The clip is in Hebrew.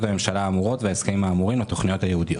הממשלה האמורות וההסכמים האמורים לתכניות הייעודיות.